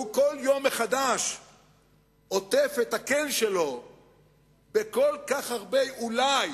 והוא כל יום מחדש עוטף את ה"כן" שלו בכל כך הרבה "אולי",